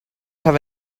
have